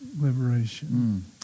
liberation